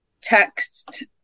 text